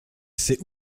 c’est